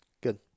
Good